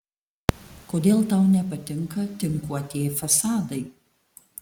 kodėl tau nepatinka tinkuotieji fasadai